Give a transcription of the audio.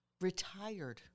retired